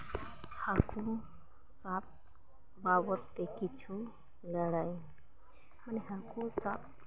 ᱦᱟᱹᱠᱩ ᱥᱟᱵ ᱵᱟᱵᱚᱫᱛᱮ ᱠᱤᱪᱷᱩ ᱜᱟᱹᱲᱟᱹᱭ ᱢᱟᱱᱮ ᱦᱟᱹᱠᱩ ᱥᱟᱵ